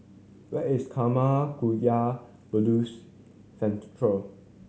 where is Karma Kagyud Buddhist Centre